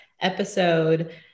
episode